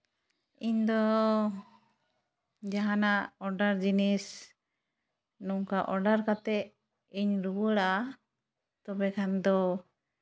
ᱤᱧᱫᱚ ᱡᱟᱦᱟᱱᱟᱜ ᱚᱰᱟᱨ ᱡᱤᱱᱤᱥ ᱱᱚᱝᱠᱟ ᱚᱰᱟᱨ ᱠᱟᱛᱮᱫ ᱤᱧ ᱨᱩᱣᱟᱹᱲᱟ ᱛᱚᱵᱮ ᱠᱷᱟᱱ ᱫᱚ